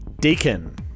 Deacon